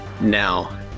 Now